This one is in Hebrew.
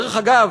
דרך אגב,